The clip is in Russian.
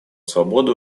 свободу